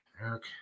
Eric